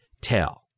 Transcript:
tell